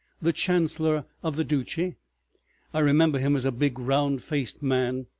the chancellor of the duchy i remember him as a big round-faced man,